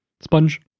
Sponge